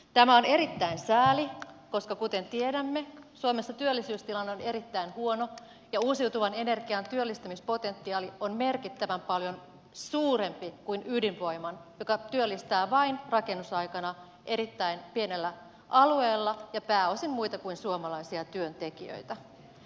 tämä on erittäin sääli koska kuten tiedämme suomessa työllisyystilanne on erittäin huono ja uusiutuvan energian työllistämispotentiaali on merkittävän paljon suurempi kuin ydinvoiman joka työllistää vain rakennusaikana erittäin pienellä alueella ja pääosin muita kuin suomalaisia työntekijöitä